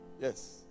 Yes